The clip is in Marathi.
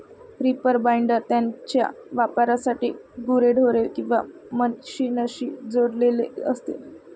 रीपर बाइंडर त्याच्या वापरासाठी गुरेढोरे किंवा मशीनशी जोडलेले असते